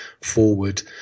forward